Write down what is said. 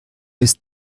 ist